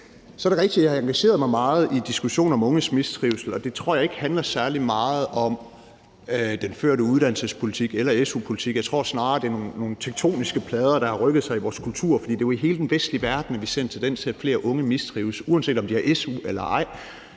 Så er det rigtigt, at jeg har engageret mig meget i diskussionen om unges mistrivsel, og det tror jeg ikke handler særlig meget om den førte uddannelsespolitik eller su-politik. Jeg tror snarere, der er nogle tektoniske plader, der har rykket sig i vores kultur, for det er jo i hele den vestlige verden, at vi ser en tendens til, at flere unge mistrives, uanset om de har su eller ej.